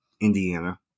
Indiana